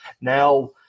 Now